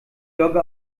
dogge